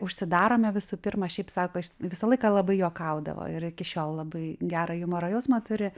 užsidarome visų pirma šiaip sako visą laiką labai juokaudavo ir iki šiol labai gerą jumoro jausmą turi